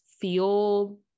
feel